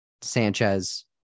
Sanchez